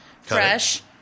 fresh